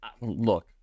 look